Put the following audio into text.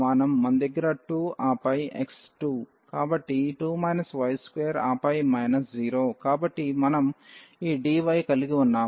కాబట్టి 2 y2 ఆపై minus 0 కాబట్టి మనం ఈ dy కలిగి ఉన్నాము